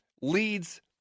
leads